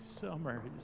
summer